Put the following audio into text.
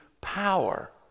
power